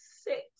six